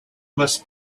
must